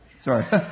Sorry